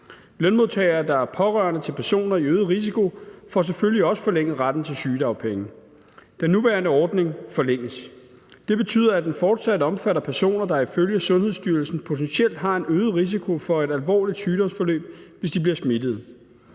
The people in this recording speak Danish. Lønmodtagere, der er pårørende til personer med øget risiko, får selvfølgelig også forlænget retten til sygedagpenge. Den nuværende ordning forlænges. Det betyder, at den fortsat omfatter personer, der ifølge Sundhedsstyrelsen potentielt har en øget risiko for et alvorligt sygdomsforløb, hvis de bliver smittet.